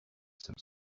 some